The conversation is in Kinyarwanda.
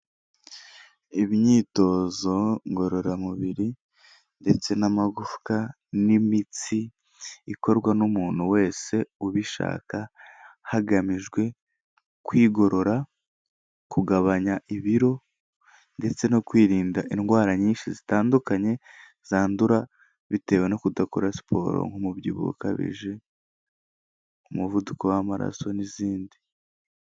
Imyitozo ngororamubiri ndetse n'amagufwa n'imitsi ikorwa n'umuntu wese ubishaka, hagamijwe kwigorora kugabanya ibiro ndetse no kwirinda indwara nyinshi zitandukanye zandura bitewe no kudakora siporo nk'umubyibuho ukabije, umuvuduko w'amaraso n'izindi.